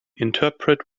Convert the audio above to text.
interpret